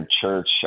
church